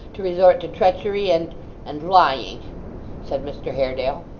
to resort to treachery and and lying said mr haredale.